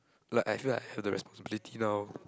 like I feel like I have the responsibility now